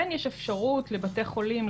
יש אפשרות לבתי חולים,